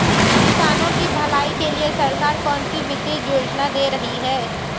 किसानों की भलाई के लिए सरकार कौनसी वित्तीय योजना दे रही है?